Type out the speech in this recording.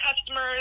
customers